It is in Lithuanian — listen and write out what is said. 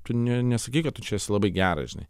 tu ne nesakei kad tu čia esi labai geras žinai